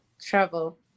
travel